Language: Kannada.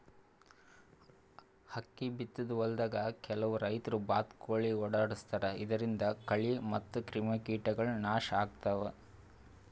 ಅಕ್ಕಿ ಬಿತ್ತಿದ್ ಹೊಲ್ದಾಗ್ ಕೆಲವ್ ರೈತರ್ ಬಾತ್ಕೋಳಿ ಓಡಾಡಸ್ತಾರ್ ಇದರಿಂದ ಕಳಿ ಮತ್ತ್ ಕ್ರಿಮಿಕೀಟಗೊಳ್ ನಾಶ್ ಆಗ್ತಾವ್